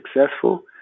successful